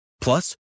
Plus